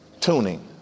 tuning